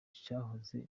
cyahoze